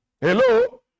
Hello